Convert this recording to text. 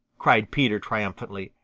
cried peter triumphantly.